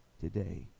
today